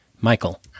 Michael